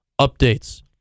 updates